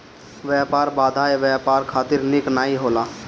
व्यापार बाधाएँ व्यापार खातिर निक नाइ होला